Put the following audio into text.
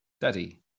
daddy